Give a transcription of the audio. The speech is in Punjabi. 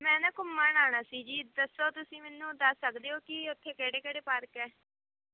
ਮੈਂ ਨਾ ਘੁੰਮਣ ਆਉਣਾ ਸੀ ਜੀ ਦੱਸੋ ਤੁਸੀਂ ਮੈਨੂੰ ਦੱਸ ਸਕਦੇ ਹੋ ਕਿ ਉਥੇ ਕਿਹੜੇ ਕਿਹੜੇ ਪਾਰਕ ਹੈ